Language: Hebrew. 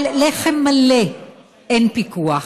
על לחם מלא אין פיקוח.